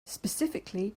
specifically